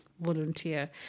volunteer